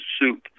soup